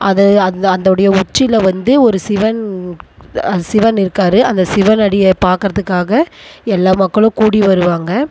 அது அந் அந்தோடைய உச்சியில் வந்து ஒரு சிவன் சிவன் இருக்கார் அந்த சிவனடியை பார்க்குறதுக்காக எல்லா மக்களும் கூடி வருவாங்க